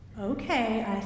okay